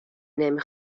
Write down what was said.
نمی